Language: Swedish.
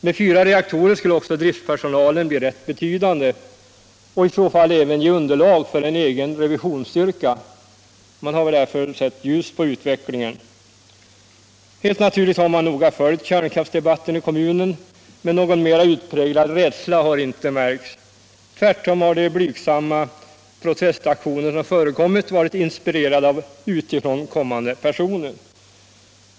Vid fyra reaktorer skulle också driftpersonalen bli rätt betydande och i så fall även ge underlag för en egen revisionsstyrka. Man har därför sett ljust på utvecklingen. Helt naturligt har man noga följt kärnkraftsdebatten i kommunen, men någon mer utpräglad rädsla har inte märkts. Tvärtom har de blygsamma protestaktioner som förekommit varit inspirerade av utifrån kommande personer.